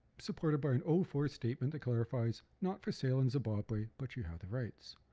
supported by an oaf or statement that clarifies not for sale in zimbabwe but you have the rights.